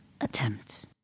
attempt